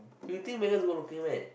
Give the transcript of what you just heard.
you think Megan is good looking meh